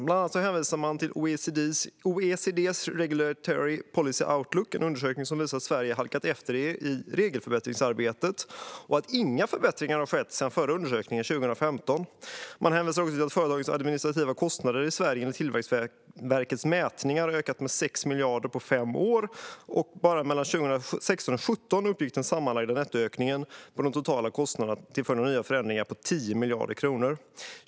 Bland annat hänvisar man till OECD:s Regulatory Policy Outlook, en undersökning som visar att Sverige halkat efter i regelförbättringsarbetet och att inga förbättringar har skett sedan förra undersökningen, 2015. Man konstaterar också att företagens administrativa kostnader i Sverige enligt Tillväxtverkets mätningar har ökat med 6 miljarder på fem år. Bara mellan 2016 och 2017 uppgick den sammanlagda nettoökningen av de totala kostnaderna till följd av nya förändringar till 10 miljarder kronor.